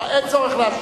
אין צורך להשיב.